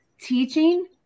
teaching